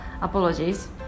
apologies